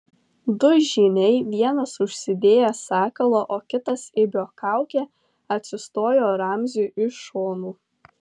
du žyniai vienas užsidėjęs sakalo o kitas ibio kaukę atsistojo ramziui iš šonų